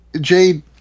jade